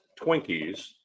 Twinkies